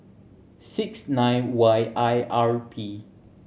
six nine Y I R P